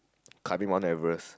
climbing Mount-Everest